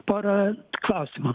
pora klausimų